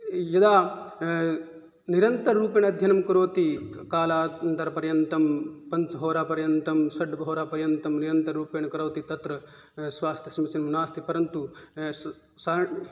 यदा निरन्तररूपेण अध्ययनं करोति कालान्दर्पर्यन्तं पञ्चहोरापर्यन्तं षड् होरापर्यन्तं निरन्तररूपेण करोति तत्र स्वास्थ्यं समीचीनं नास्ति परन्तु सारिण्